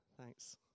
Thanks